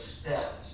steps